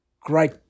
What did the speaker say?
great